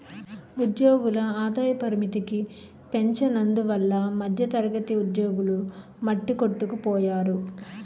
ఉద్యోగుల ఆదాయ పరిమితికి పెంచనందువల్ల మధ్యతరగతి ఉద్యోగులు మట్టికొట్టుకుపోయారు